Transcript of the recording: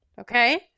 okay